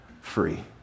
free